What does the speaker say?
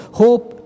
hope